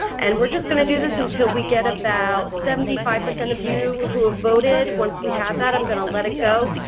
and we're just going to do this until we get about seventy five percent of you who have voted, once we have that i'm going to let it go,